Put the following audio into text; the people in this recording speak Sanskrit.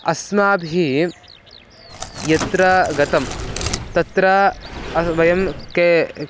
अस्माभिः यत्र गतं तत्र अस् वयं के